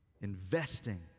Investing